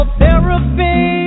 therapy